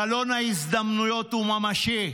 חלון ההזדמנויות הוא ממשי,